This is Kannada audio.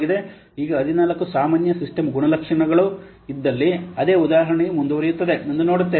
ಈಗ 14 ಸಾಮಾನ್ಯ ಸಿಸ್ಟಮ್ ಗುಣಲಕ್ಷಣಗಳು ಇದ್ದಲ್ಲಿ ಅದೇ ಉದಾಹರಣೆಯು ಮುಂದುವರಿಯುತ್ತದೆ ಎಂದು ನೋಡುತ್ತೇವೆ